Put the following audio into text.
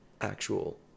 actual